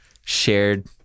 Shared